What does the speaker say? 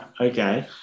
Okay